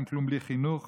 אין כלום בלי חינוך,